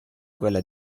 quella